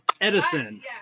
Edison